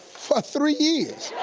ah three years.